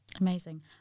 amazing